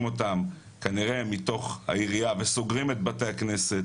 אותם כנראה מתוך העירייה וסוגרים את בתי הכנסת